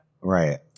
Right